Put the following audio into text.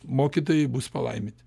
mokytojai bus palaiminti